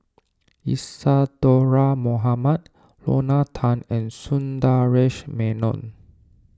Isadhora Mohamed Lorna Tan and Sundaresh Menon